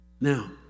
now